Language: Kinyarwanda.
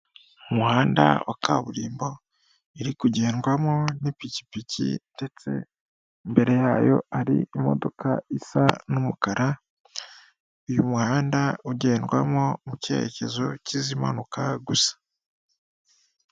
Umuhanda wa kaburimbo iri kugendwamo n'ipikipiki, ndetse mbere yayo ari imodoka isa n'umukara, uyu muhanda ugendwamo mu cyerekezo cy'izimanuka gusa.